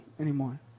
anymore